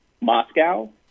Moscow